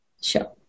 Sure